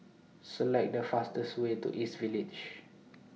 Select The fastest Way to East Village